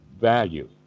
value